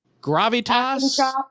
gravitas